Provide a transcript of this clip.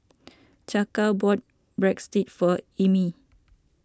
Chaka bought Breadsticks for Emil